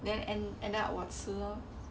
then ended up 我吃咯